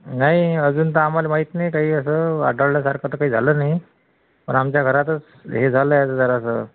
नाही अजून तर आम्हाला माहीत नाही काही असं आढळल्यासारखं तर काही झालं नाही पण आमच्या घरातच हे झालं आहे जरासं